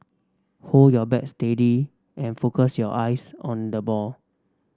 hold your bat steady and focus your eyes on the ball